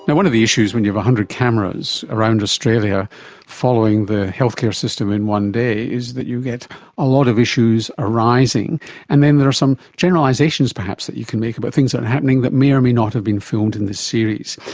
and one of the issues when you have one hundred cameras around australia following the healthcare system in one day is that you get a lot of issues arising and then there are some generalisations perhaps that you can make about things that are happening that may or may not have been filmed in this series.